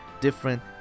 different